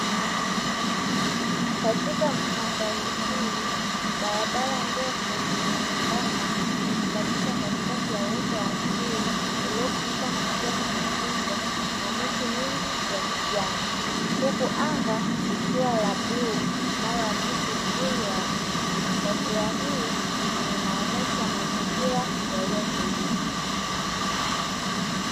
Katika madhari hii barabara ndefu na nyembamba imekatisha katikati ya uoto wa asili, uliofunikwa na majani mazito na miti mingi ya kijani, huku anga likiwa la bluu linalo akisi uzuri wa nchi za taswira hii ni inaonesha mazingira yaliyotulia.